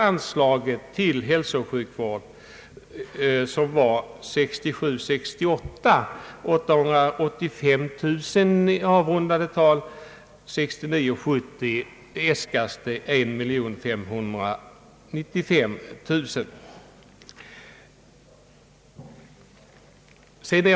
Anslaget till hälsooch sjukvård, som 1967 70 bli höjt till 1 595 000 kronor.